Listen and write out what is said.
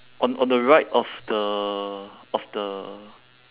on on the right of the of the